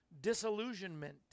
disillusionment